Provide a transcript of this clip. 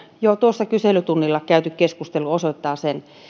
jo kyselytunnilla käyty keskustelu osoittaa sen